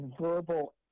verbal